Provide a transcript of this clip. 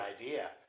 idea